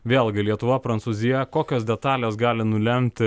vėlgi lietuva prancūzija kokios detalės gali nulemti